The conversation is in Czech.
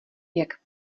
jak